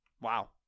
Wow